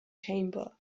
chamber